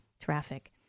traffic